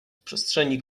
przestrzeni